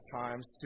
times